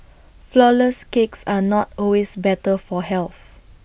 Flourless Cakes are not always better for health